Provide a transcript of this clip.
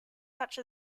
such